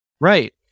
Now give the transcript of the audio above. Right